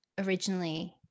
originally